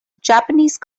japanese